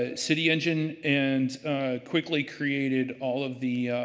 ah city engine. and quickly created all of the